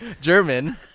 german